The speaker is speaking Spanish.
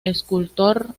escultor